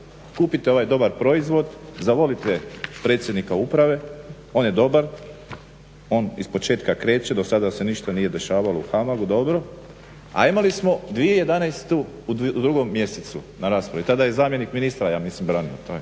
Kupite ovaj dobar proizvod, zavolite predsjednika uprave on je dobar, on ispočetka kreće dosada se ništa nije dešavalo u HAMAG-u, dobro, a imali smo 2011. u drugom mjesecu na raspravi. Tada je zamjenik ministra ja mislim branio to